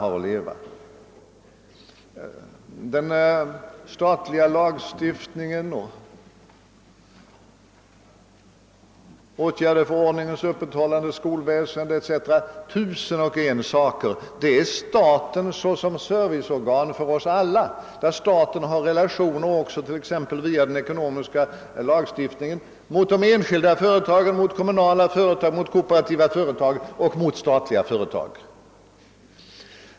I fråga om den statliga lagstiftningen, åtgärder för ordningens upprätthållande, skolväsendet, ja, tusen och en saker, är staten ett serviceorgan för oss alla. Staten har t.ex. via den ekonomiska lagstiftningen relationer till enskilda, kommunala, kooperativa och statliga företag.